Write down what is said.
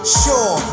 sure